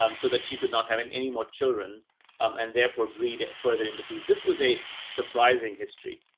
um so that she could not have and any more children and therefore breed further imbeciles. this was a surprising history.